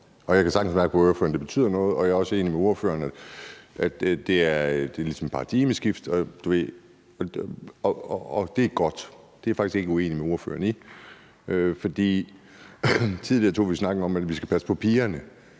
Jeg kan sagtens mærke på ordføreren, at det betyder noget, og jeg er også enig med ordføreren i, at det ligesom er et paradigmeskifte, og det er godt. Det er jeg faktisk ikke uenig med ordføreren i. Tidligere tog vi snakken om, at vi skal passe på pigerne,